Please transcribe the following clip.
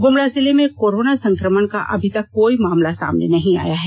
गुमला जिले में कोरोना संक्रमण का अभी तक कोई मामला सामने नहीं आया है